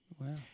Wow